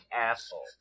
asshole